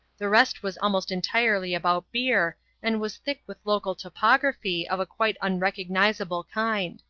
the rest was almost entirely about beer and was thick with local topography of a quite unrecognizable kind.